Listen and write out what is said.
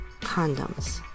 condoms